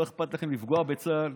לא אכפת לכם לפגוע בצה"ל